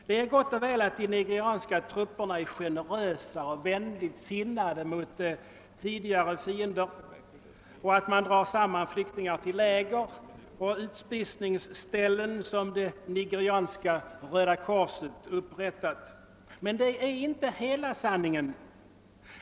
Det är gott och väl att de nigerianska trupperna är generösa och vänligt sinnade mot tidigare fiender och att man drar samman flyktingar till läger och utspisningsställen, som det Nigerianska röda korset har upprättat, men det är inte hela sanningen.